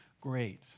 Great